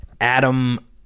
adam